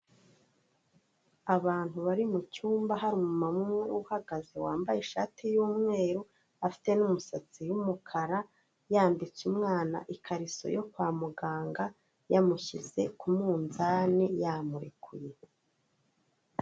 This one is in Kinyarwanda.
Abantu bari mu cyumba hari umumama umwe uhagaze wambaye ishati y'umweru, afite n'umusatsi w'umukara, yambitse umwana ikariso yo kwa muganga, yamushyize ku munzani, yamurekuye.